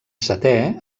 setè